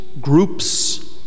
groups